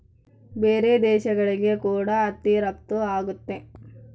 ಬೇರೆ ದೇಶಗಳಿಗೆ ಕೂಡ ಹತ್ತಿ ರಫ್ತು ಆಗುತ್ತೆ